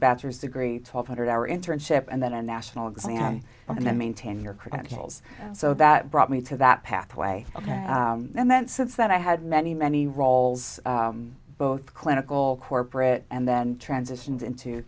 bachelor's degree twelve hundred hour internship and then a national exam and then maintain your credentials so that brought me to that pathway and then since that i had many many roles both clinical corporate and then transitioned into